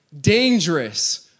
dangerous